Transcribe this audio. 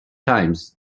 times